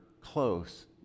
close